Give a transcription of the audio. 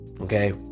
okay